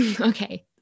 Okay